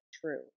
true